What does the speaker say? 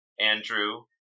andrew